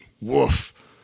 Woof